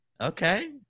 Okay